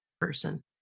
person